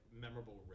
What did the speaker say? memorable